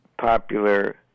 popular